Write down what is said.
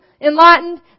enlightened